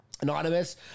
Anonymous